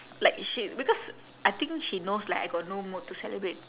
like she because I think she knows like I got no mood to celebrate